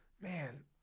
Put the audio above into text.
man